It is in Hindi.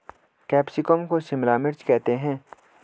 कैप्सिकम को शिमला मिर्च करते हैं